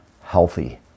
healthy